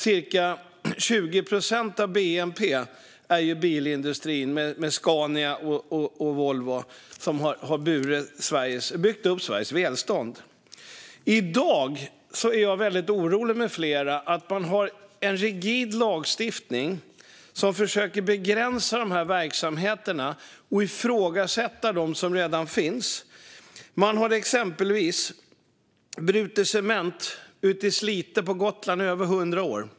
Cirka 20 procent av bnp utgörs av bilindustrin, med Scania och Volvo som har byggt upp Sveriges välstånd. I dag är jag och flera med mig väldigt oroliga över en rigid lagstiftning som försöker att begränsa de här verksamheterna och ifrågasätta dem som redan finns. Det har exempelvis brutits cement i Slite på Gotland i över hundra år.